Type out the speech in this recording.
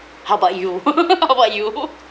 how about you how about you